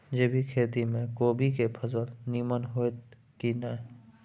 जैविक खेती म कोबी के फसल नीमन होतय की नय?